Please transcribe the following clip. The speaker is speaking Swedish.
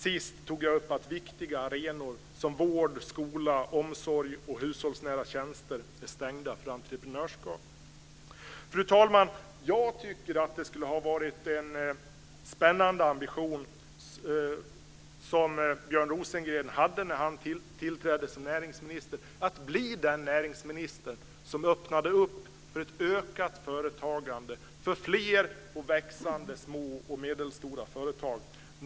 Sist tog jag upp att viktiga arenor som vård, skola, omsorg och hushållsnära tjänster är stängda för entreprenörskap. Fru talman! Det skulle ha varit en spännande ambition för Björn Rosengren att bli den näringsminister som öppnade för ett ökat företagande, för fler och växande små och medelstora företag.